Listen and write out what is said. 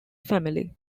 family